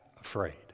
afraid